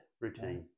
routine